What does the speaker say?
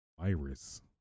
virus